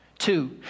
Two